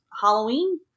Halloween